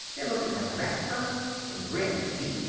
they look at my dress first, an' grin. see?